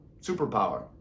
superpower